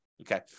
Okay